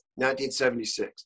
1976